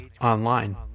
online